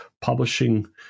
publishing